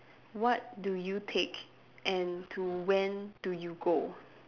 what do you take and to when do you go